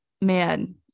man